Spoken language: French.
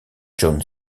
john